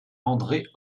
andré